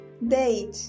Date